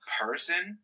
person